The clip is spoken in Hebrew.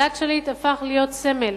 גלעד שליט הפך להיות סמל,